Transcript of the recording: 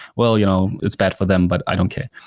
well, you know it's bad for them, but i don't care.